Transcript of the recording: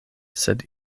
sed